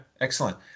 Excellent